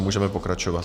Můžete pokračovat.